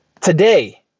today